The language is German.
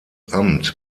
amt